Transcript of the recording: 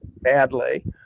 badly